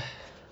!hais!